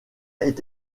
est